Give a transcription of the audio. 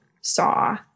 saw